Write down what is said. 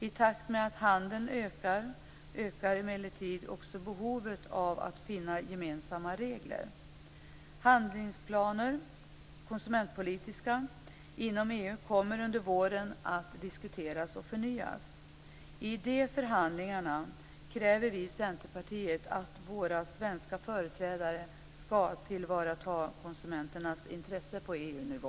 I takt med att handeln ökar, ökar emellertid också behovet av att finna gemensamma regler. Konsumentpolitiska handlingsplaner inom EU kommer under våren att diskuteras och förnyas. I de förhandlingarna kräver vi i Centerpartiet att våra svenska företrädare skall ta till vara konsumenternas intressen på EU-nivå.